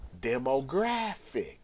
demographic